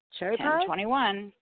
10-21